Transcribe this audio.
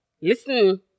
Listen